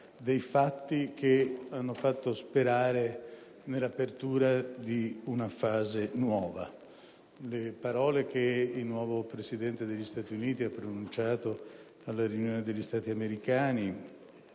dei fatti che hanno portato a sperare nell'apertura di una fase nuova. Le parole che il nuovo Presidente degli Stati Uniti ha pronunciato al Vertice delle Americhe